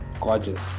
gorgeous